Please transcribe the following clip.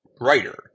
writer